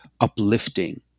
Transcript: uplifting